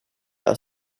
are